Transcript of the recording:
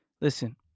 Listen